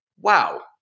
wow